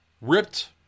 Ripped